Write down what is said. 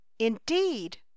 indeed